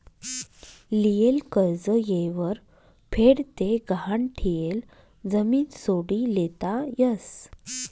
लियेल कर्ज येयवर फेड ते गहाण ठियेल जमीन सोडी लेता यस